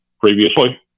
previously